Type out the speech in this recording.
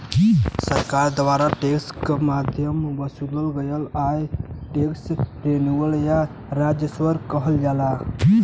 सरकार द्वारा टैक्स क माध्यम वसूलल गयल आय क टैक्स रेवेन्यू या राजस्व कहल जाला